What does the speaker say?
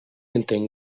entenc